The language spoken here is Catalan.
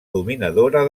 dominadora